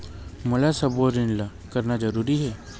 मोला सबो ऋण ला करना जरूरी हे?